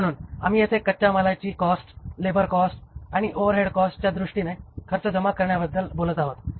म्हणून आम्ही येथे कच्च्या मालाची कॉस्ट लेबर कॉस्ट आणि ओव्हरहेड कॉस्टच्या दृष्टीने खर्च जमा करण्याबद्दल बोलत आहोत